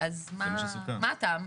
מה הטעם?